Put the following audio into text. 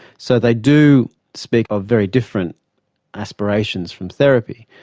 so they do speak of very different aspirations from therapy.